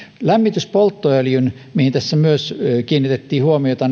lämmityspolttoöljyn osalta mihin tässä myös kiinnitettiin huomiota